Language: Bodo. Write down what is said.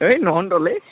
है महन्टलै